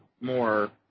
more